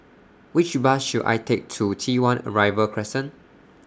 Which Bus should I Take to T one Arrival Crescent